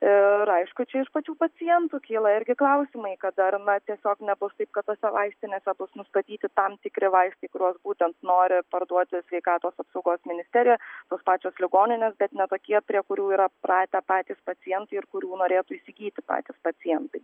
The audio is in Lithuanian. ir aišku čia iš pačių pacientų kyla irgi klausimai kada ar na tiesiog nebus taip kad tose vaistinėse bus nustatyti tam tikri vaistai kuriuos būtent nori parduoti sveikatos apsaugos ministerija tos pačios ligoninės bet ne tokie prie kurių yra pratę patys pacientai ir kurių norėtų įsigyti patys pacientai